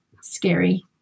scary